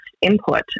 input